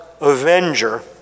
avenger